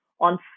on